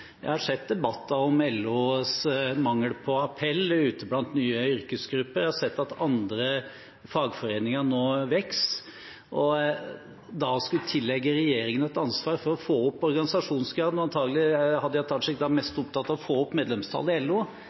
Jeg har sett debatter om LOs mangel på appell ute blant nye yrkesgrupper, jeg har sett at andre fagforeninger nå vokser, og da å skulle tillegge regjeringen et ansvar for å få opp organisasjonsgraden – og antagelig er Hadia Tajik mest opptatt av å få opp medlemstallet i LO